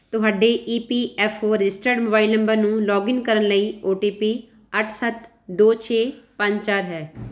ਤੁਹਾਡੇ E P F O registered mobile number ਨੂੰ login ਕਰਨ ਲਈ ਓ ਟੀ ਪੀ ਅੱਠ ਸੱਤ ਦੋ ਛੇ ਪੰਜ ਚਾਰ ਹੈ